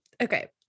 Okay